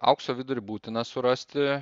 aukso vidurį būtina surasti